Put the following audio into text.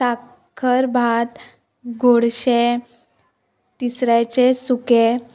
साखर भात गोडशें तिसऱ्याचें सुकें